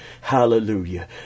hallelujah